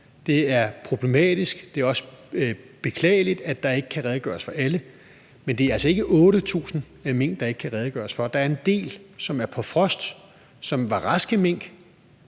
det er problematisk og også beklageligt, at der ikke kan redegøres for alle, men det er altså ikke 8.000 t mink, der ikke kan redegøres for. Der er en del, som er på frost, som var raske mink,